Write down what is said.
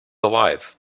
alive